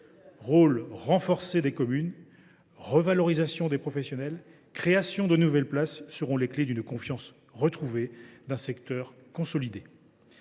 Rôle renforcé des communes, revalorisation des professionnels, création de nouvelles places : telles seront les clés d’une confiance retrouvée et d’un secteur consolidé.